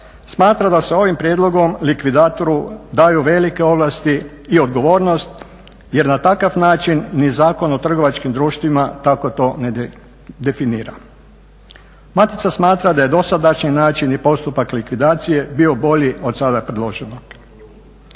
smatra da se ovim prijedlogom likvidatoru daju velike ovlasti i odgovornost jer na takav način ni Zakon o trgovačkim društvima tako to ne definira. Matica smatra da je dosadašnji način i postupak likvidacije bio bolji od sada predloženog.